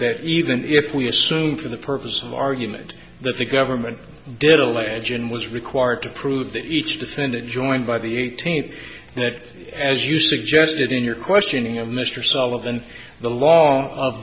that even if we assume for the purposes of argument that the government did a legend was required to prove that each defendant joined by the eighteenth and that as you suggested in your questioning of mr sullivan the law of